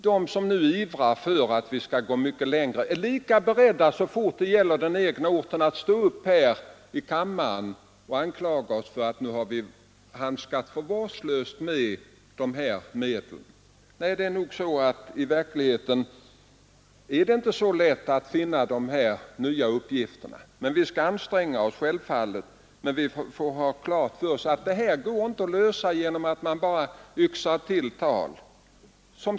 De som nu ivrar för att vi skall gå mycket längre är ständigt lika beredda, så fort det gäller den egna orten, att stå upp i kammaren och anklaga oss för att vi handskats för vårdslöst med lokaliseringsmedlen. Nej, i verkligheten är det nog inte så lätt att finna dessa nya uppgifter att satsa på för att öka sysselsättningen. Vi skall självfallet anstränga oss, men man måste ha klart för sig att problemet inte går att lösa bara genom att man yxar till tal.